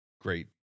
great